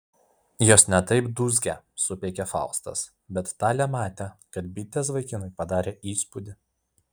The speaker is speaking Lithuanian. jos ne taip dūzgia supeikė faustas bet talė matė kad bitės vaikinui padarė įspūdį